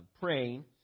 praying